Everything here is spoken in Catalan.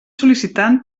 sol·licitant